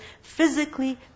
physically